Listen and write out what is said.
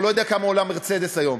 או לא יודע כמה עולה "מרצדס" היום.